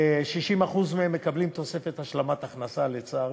ו-60% מהם מקבלים תוספת השלמת הכנסה, לצערי.